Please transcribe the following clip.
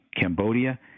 Cambodia